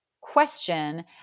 question